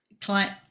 client